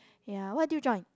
ya what do you join